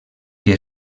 que